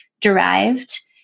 derived